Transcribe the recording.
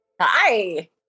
Hi